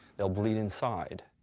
they'll bleed inside.